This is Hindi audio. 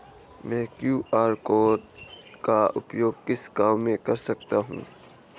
मैं क्यू.आर कोड का उपयोग किस काम में कर सकता हूं?